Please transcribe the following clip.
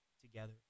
together